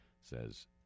says